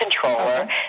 Controller